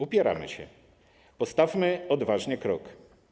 Upieramy się: postawmy odważnie krok.